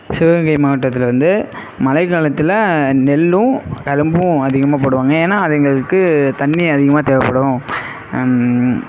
சிவகங்கை மாவட்டதில் வந்து மழை காலத்தில் நெல்லும் கரும்பும் அதிகமாக போடுவாங்க ஏன்னால் அது எங்களுக்கு தண்ணி அதிகமாக தேவைப்படும்